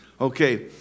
Okay